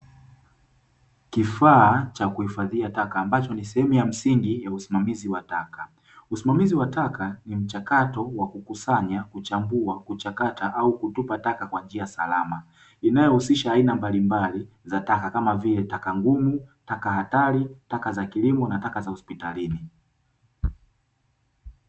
Kifaa cha kuhifadhia taka ambacho ni sehemu ya msingi ya usimamizi wa taka usimamizi wa taka ni mchakato wa, kukusanya kuchambua, kuchakata au kutupa taka kwa njia salama inayousisha aina mbalimbali ya taka kama vile taka ngumu, taka hatari, taka za kilimo, na taka za hospitalini.